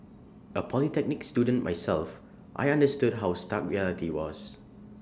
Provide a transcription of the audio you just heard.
A polytechnic student myself I understood how stark reality was